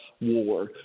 war